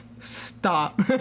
Stop